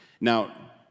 Now